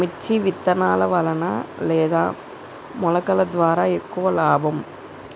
మిర్చి విత్తనాల వలన లేదా మొలకల ద్వారా ఎక్కువ లాభం?